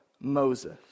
Moses